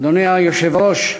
אדוני היושב-ראש,